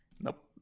nope